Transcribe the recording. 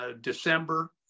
December